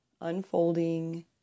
unfolding